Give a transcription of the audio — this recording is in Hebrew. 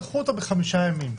דחו אותה בחמישה ימים.